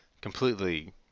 completely